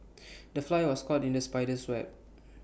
the fly was caught in the spider's web